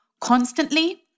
constantly